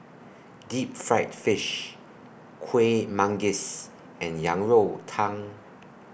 Deep Fried Fish Kuih Manggis and Yang Rou Tang